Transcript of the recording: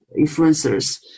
influencers